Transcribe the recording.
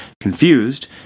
Confused